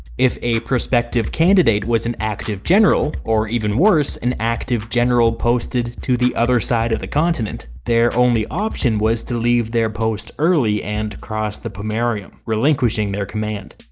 if a prospective candidate was an active general, or even worse an active general posted to the other side of the continent, their only option was to leave their post early and cross the pomerium, relinquishing up their command.